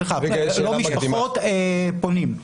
סליחה, לא משפחות, פונים.